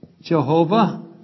Jehovah